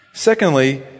Secondly